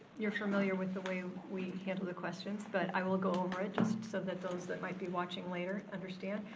you're familiar with the way we handle the questions, but i will go over it just so that those that might be watching later understand.